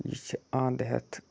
یہِ چھِ اَنٛد ہٮ۪تھ